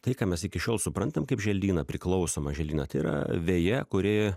tai ką mes iki šiol suprantam kaip želdyną priklausomą želdyną tai yra veja kuri